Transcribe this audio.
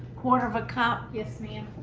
quarter of a cup. yes ma'am.